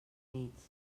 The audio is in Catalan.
nits